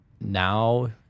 now